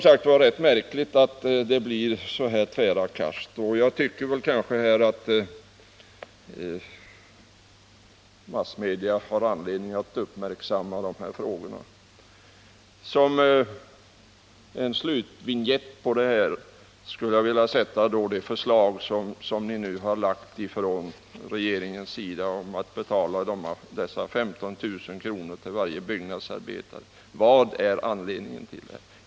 Det är rätt märkligt med de här tvära kasten, någonting som jag tycker att massmedia har anledning att uppmärksamma. Man kan då som en slutvinjett till detta se regeringsförslaget om att man skall betala 15 000 kr. till varje byggnadsarbetare som flyttar till Stockholm. Jag frågar: Vad är anledningen till detta?